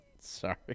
sorry